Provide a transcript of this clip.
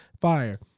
Fire